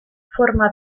forma